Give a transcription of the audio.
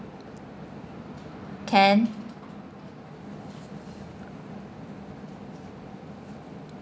can